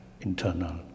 internal